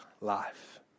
life